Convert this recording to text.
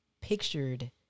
pictured